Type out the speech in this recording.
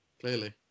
clearly